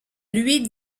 lui